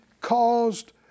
caused